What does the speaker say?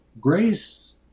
grace